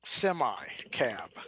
semi-cab